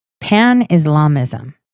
pan-Islamism